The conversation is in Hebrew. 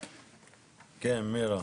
כן, מירה?